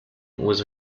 was